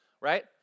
right